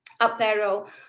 Apparel